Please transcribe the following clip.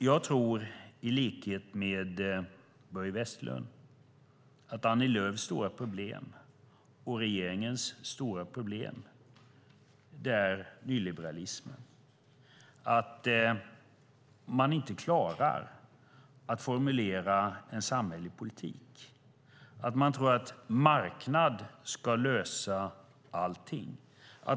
Jag tror i likhet med Börje Vestlund att Annie Lööfs och regeringens stora problem är nyliberalismen. Man klarar inte att formulera en samhällelig politik, utan tror att marknaden ska lösa allting.